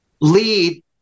lead